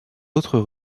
autres